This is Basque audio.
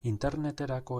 interneterako